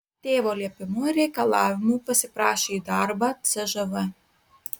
tėvo liepimu ir reikalavimu pasiprašė į darbą cžv